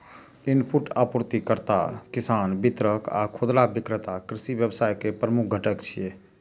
input आपूर्तिकर्ता, किसान, वितरक आ खुदरा विक्रेता कृषि व्यवसाय के प्रमुख घटक छियै